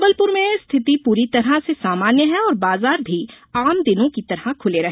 जबलपुर में स्थिति पूरी तरह से सामान्य है और बाजार भी आम दिनों की तरह खुले रहे